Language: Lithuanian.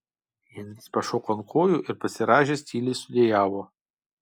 henris pašoko ant kojų ir pasirąžęs tyliai sudejavo